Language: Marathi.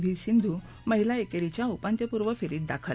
व्ही सिंधू महिला एकेरीच्या उपान्त्यपूर्व फेरीत दाखल